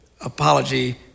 apology